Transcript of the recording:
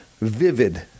vivid